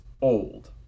old